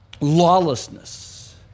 lawlessness